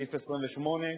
סעיף 28,